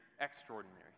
extraordinary